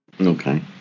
Okay